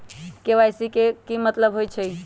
KYC के कि मतलब होइछइ?